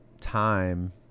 time